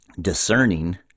discerning